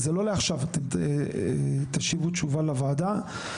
לא עכשיו תשיבו תשובה לוועדה,